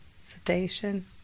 sedation